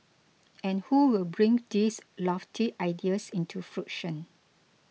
and who will bring these lofty ideas into fruition